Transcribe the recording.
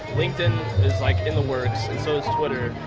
linkedin is like in the works and so is twitter.